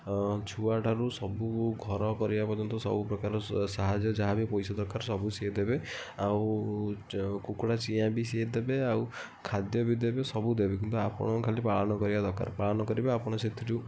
ଛୁଆଠାରୁ ସବୁ ଘର କରିବା ପର୍ଯ୍ୟନ୍ତ ସବୁପ୍ରକାର ସାହାଯ୍ୟ ଯାହାବି ପଇସା ଦରକାର ସବୁ ସିଏ ଦେବେ ଆଉ କୁକୁଡ଼ା ଚିଆଁବି ସିଏ ଦେବେ ଆଉ ଖାଦ୍ୟବି ଦେବେ ସବୁଦେବେ କିନ୍ତୁ ଆପଣଙ୍କ ଖାଲି ପାଳନ କରିବା ଦରକାର ପାଳନ କରିବେ ଆପଣ ସେଥିରୁ